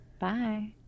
bye